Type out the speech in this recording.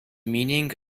meaning